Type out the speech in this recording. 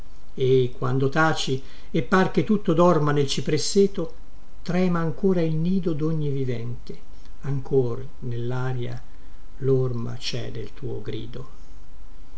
e quando taci e par che tutto dorma nel cipresseto trema ancora il nido dogni vivente ancor nellaria lorma cè del tuo grido